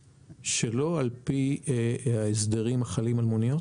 ובדברים הגיוניים שלא ניתן לבצע ברכב אוטונומי.